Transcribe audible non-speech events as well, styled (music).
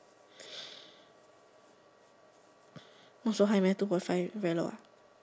(breath) !wah! so high meh two point five very low ah